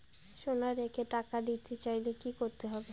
সোনা রেখে টাকা নিতে চাই কি করতে হবে?